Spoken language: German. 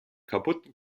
kaputten